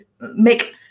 make